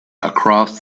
across